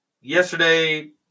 Yesterday